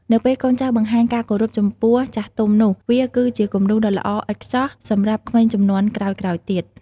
នៅពេលកូនចៅបង្ហាញការគោរពចំពោះចាស់ទុំនោះ វាគឺជាគំរូដ៏ល្អឥតខ្ចោះសម្រាប់ក្មេងជំនាន់ក្រោយៗទៀត។